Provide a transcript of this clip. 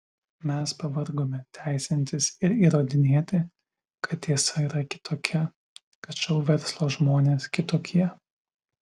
mes pavargome teisintis ir įrodinėti kad tiesa yra kitokia kad šou verslo žmonės kitokie